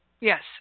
Yes